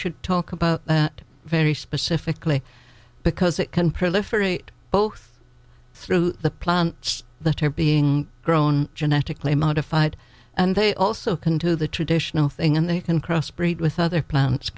should talk about it very specifically because it can proliferate both through the plant the term being grown genetically modified and they also can do the traditional thing and they can cross breed with other plants